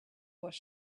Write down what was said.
was